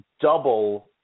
double